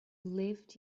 lived